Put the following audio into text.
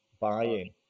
buying